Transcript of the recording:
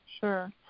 Sure